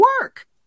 work